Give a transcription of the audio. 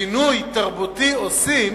שינוי תרבותי עושים